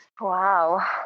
Wow